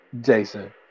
Jason